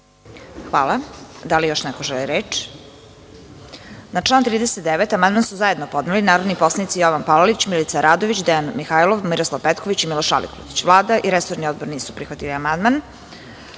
Hvala. Da li još neko želi reč? (Ne)Na član 39. amandman su zajedno podneli narodni poslanici Jovan Palalić, Milica Radović, Dejan Mihajlov, Miroslav Petković i Miloš Aligrudić. Vlada i resorni odbor nisu prihvatili amandman. Da